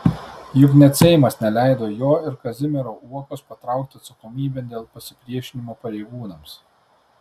juk net seimas neleido jo ir kazimiero uokos patraukti atsakomybėn dėl pasipriešinimo pareigūnams